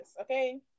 Okay